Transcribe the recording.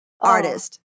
artist